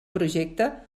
projecte